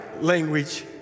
language